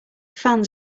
fans